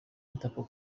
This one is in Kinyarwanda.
interpol